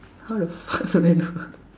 how the fuck do I know